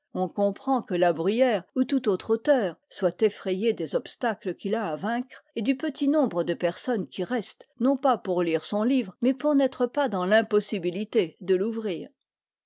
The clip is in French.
on comprend que la bruyère ou tout autre auteur soit effrayé des obstacles qu'il a à vaincre et du petit nombre de personnes qui restent non pas pour lire son livre mais pour n'être pas dans l'impossibilité de l'ouvrir